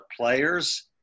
players